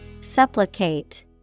Supplicate